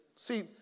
See